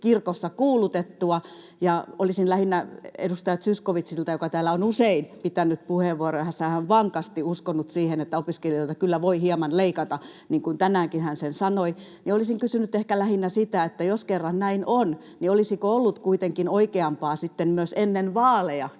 kirkossa kuulutettua. Olisin lähinnä edustaja Zyskowiczilta — joka täällä on usein pitänyt puheenvuoroja, hän on vankasti uskonut siihen, että opiskelijoita kyllä voi hieman leikata, niin kuin tänäänkin hän sen sanoi — ehkä lähinnä sitä, että jos kerran näin on, niin olisiko ollut kuitenkin oikeampaa sitten myös ennen vaaleja